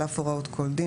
על אף הוראות כל דין,